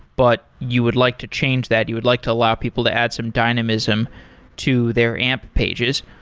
but you would like to change that. you would like to allow people to add some dynamism to their amp pages.